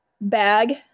bag